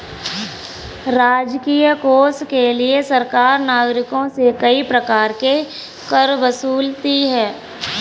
राजकीय कोष के लिए सरकार नागरिकों से कई प्रकार के कर वसूलती है